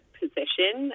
position